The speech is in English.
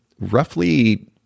roughly